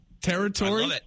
territory